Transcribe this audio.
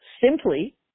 simply